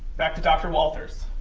back to dr. walthers.